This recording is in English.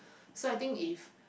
so I think if